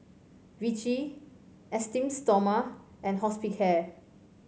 Vichy Esteem Stoma and Hospicare